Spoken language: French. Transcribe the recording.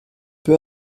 peu